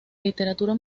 literatura